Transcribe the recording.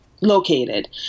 located